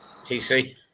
TC